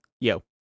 Yo